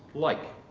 like.